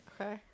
Okay